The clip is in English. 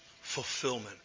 fulfillment